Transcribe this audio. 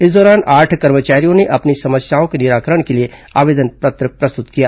इस दौरान आठ कर्मचारियों ने अपनी समस्याओं के निराकरण के लिए आवेदन पत्र प्रस्तुत किए